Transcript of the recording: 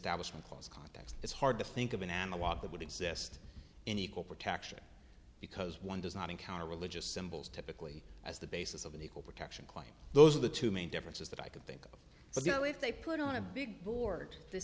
establishment clause context it's hard to think of an analogue that would exist in equal protection because one does not encounter religious symbols typically as the basis of an equal protection claim those are the two main differences that i could think of so you know if they put on a big board th